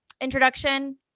introduction